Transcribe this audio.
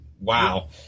wow